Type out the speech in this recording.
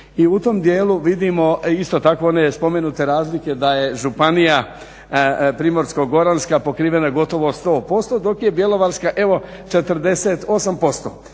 I u tom dijelu vidimo isto tako one spomenute razlike da je županija Primorsko-goranska pokrivena gotovo 100% dok je Bjelovarska evo 48%.